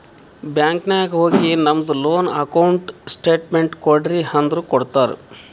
bank ನಾಗ್ ಹೋಗಿ ನಮ್ದು ಲೋನ್ ಅಕೌಂಟ್ ಸ್ಟೇಟ್ಮೆಂಟ್ ಕೋಡ್ರಿ ಅಂದುರ್ ಕೊಡ್ತಾರ್